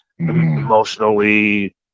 emotionally